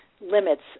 limits